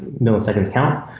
milliseconds count.